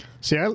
See